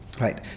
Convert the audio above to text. right